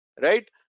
right